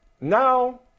now